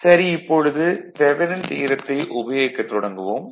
இப்பொழுது தெவனின் தியரத்தை உபயோகிக்கத் தொடங்குவோம்